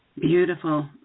beautiful